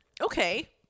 okay